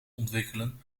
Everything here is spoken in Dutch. ontwikkelen